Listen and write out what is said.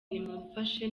nimumfashe